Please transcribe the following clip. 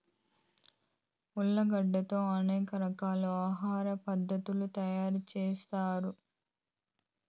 ఉర్లగడ్డలతో అనేక రకాల ఆహార పదార్థాలు తయారు చేత్తారు